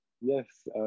Yes